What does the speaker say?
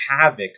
havoc